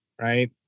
right